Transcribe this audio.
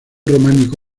románico